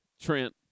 Trent